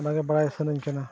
ᱚᱱᱟᱜᱮ ᱵᱟᱲᱟᱭ ᱥᱟᱱᱟᱧ ᱠᱟᱱᱟ